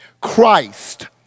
Christ